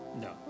No